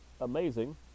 amazing